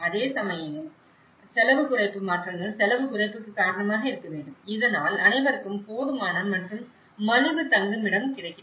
அதேசமயம் செலவுக் குறைப்பு மாற்றங்கள் செலவுக் குறைப்புக்கு காரணமாக இருக்க வேண்டும் இதனால் அனைவருக்கும் போதுமான மற்றும் மலிவு தங்குமிடம் கிடைக்கிறது